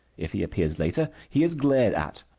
if he appears later, he is glared at.